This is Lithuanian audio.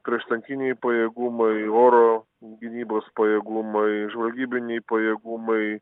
prieštankiniai pajėgumai oro gynybos pajėgumai žvalgybiniai pajėgumai